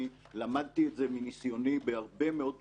אני למדתי את זה מניסיוני בהרבה מאוד דוגמאות,